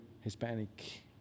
Hispanic